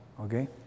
okay